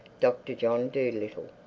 doctor john dolittle.